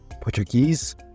Portuguese